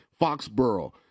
Foxborough